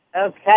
Okay